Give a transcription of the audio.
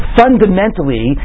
fundamentally